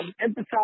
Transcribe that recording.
emphasize